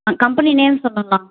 company name sir